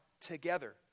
together